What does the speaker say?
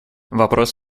вопрос